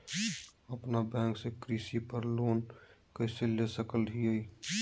अपना बैंक से कृषि पर लोन कैसे ले सकअ हियई?